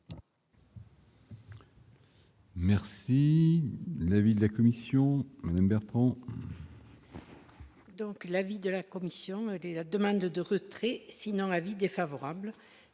Merci l'avis de la commission Bertrand.